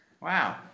Wow